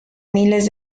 miles